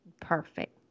Perfect